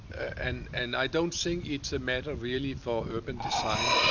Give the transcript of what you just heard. and and i don't think it's a matter really for urban design